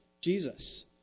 Jesus